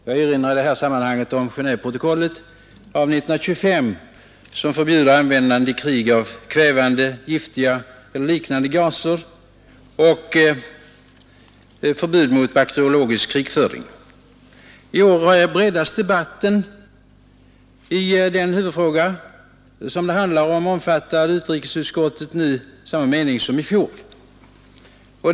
Jag erinrar i det här sammanhanget om Genkveprotokollet av 1925 som förbjuder användande i krig av kvävande, giftiga eller liknande gaser och bakteriologisk krigföring. I år breddas debatten i den huvudfråga som det handlar om, och utrikesutskottet omfattar nu samma mening som i fjol.